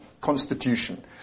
Constitution